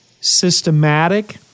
systematic